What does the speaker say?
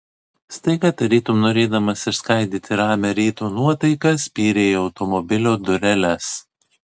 staiga tarytum norėdamas išsklaidyti ramią ryto nuotaiką spyrė į automobilio dureles